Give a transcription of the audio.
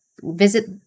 Visit